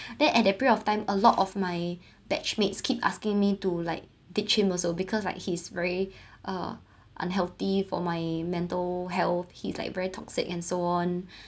then at that period of time a lot of my batch mates keep asking me to like ditched him also because like he's very uh unhealthy for my mental health he's like very toxic and so on